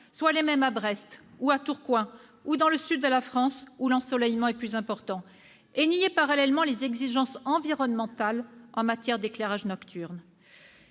soient les mêmes à Brest ou à Tourcoing que dans le sud de la France, où l'ensoleillement est plus important, et nier parallèlement les exigences environnementales en matière d'éclairage nocturne